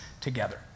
together